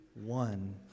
one